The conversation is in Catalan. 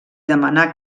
demanà